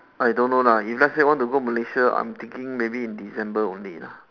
I don't know lah if let's say want to go malaysia I'm thinking maybe in december only